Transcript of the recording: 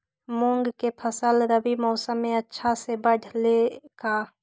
मूंग के फसल रबी मौसम में अच्छा से बढ़ ले का?